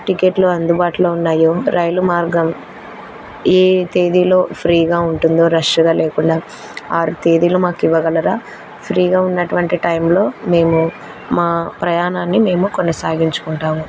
టిక్కెట్లు అందుబాటులో ఉన్నాయో రైలు మార్గం ఏ తేదీలో ఫ్రీగా ఉంటుందో రష్గా లేకుండా ఆ తేదీలు మాకు ఇవ్వగలరా ఫ్రీగా ఉన్నటువంటి టైంలో మేము మా ప్రయాణాన్ని మేము కొనసాగించుకుంటాము